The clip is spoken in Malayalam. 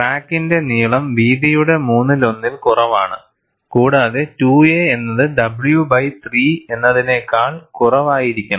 ക്രാക്കിന്റെ നീളം വീതിയുടെ മൂന്നിലൊന്നിൽ കുറവാണ് കൂടാതെ 2a എന്നത് w ബൈ 3 എന്നതിനേക്കാൾ കുറവായിരിക്കണം